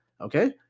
Okay